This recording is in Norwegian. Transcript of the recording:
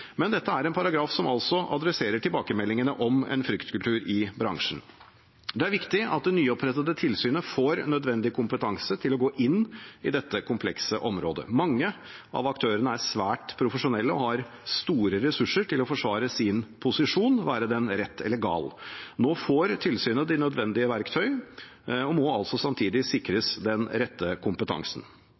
men dette er en paragraf som altså adresserer tilbakemeldingene om en fryktkultur i bransjen. Det er viktig at det nyopprettede tilsynet får nødvendig kompetanse til å gå inn i dette komplekse området. Mange av aktørene er svært profesjonelle og har store ressurser til å forsvare sin posisjon, være den rett eller gal. Nå får tilsynet de nødvendige verktøy og må altså samtidig sikres den rette kompetansen.